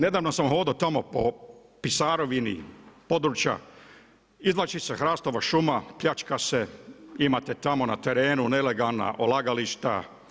Nedavno sam hodao tamo po Pisarovini, područja izvlači se hrastova šuma, pljačka se, imate tamo na terenu nelegalna odlagališta.